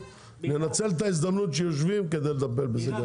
ננצל את ההזדמנות שיושבים כדי לטפל בזה גם.